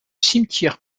cimetière